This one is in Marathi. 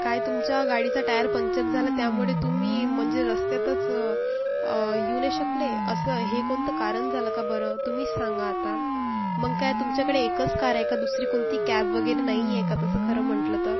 काय तुमच्या गाडीचा टायर पंचर झाला त्यामुळे तुम्ही म्हणजे रस्त्यातच येऊ नाही शकले असं हे कोणतं कारण झालं का बरं तुम्हीच सांगा आता मग काय तुमच्याकडे एकच कार आहे का दुसरी कोणती कॅब वगैरे नाही आहे का तसं खरं म्हटलं तर